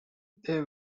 they